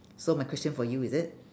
so my question for you is it